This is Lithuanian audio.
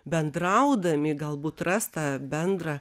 bendraudami galbūt ras tą bendrą